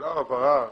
שאלה להבהרה,